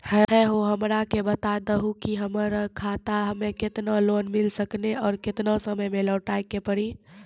है हो हमरा के बता दहु की हमार खाता हम्मे केतना लोन मिल सकने और केतना समय मैं लौटाए के पड़ी?